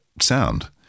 sound